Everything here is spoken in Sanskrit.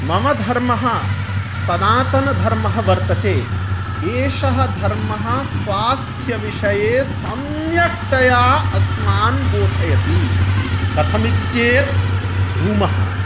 मम धर्मः सनातनधर्मः वर्तते एषः धर्मः स्वास्थ्यविषये सम्यक्तया अस्मान् बोधयति कथमिति चेत् ब्रूमः